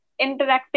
interactive